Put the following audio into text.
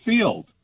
field